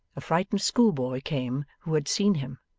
a frightened schoolboy came who had seen him,